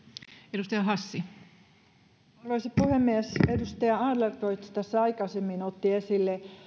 arvoisa puhemies edustaja adlercreutz tässä aikaisemmin otti esille